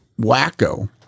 wacko